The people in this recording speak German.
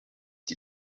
die